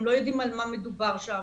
הם לא יודעים על מה מדובר שם,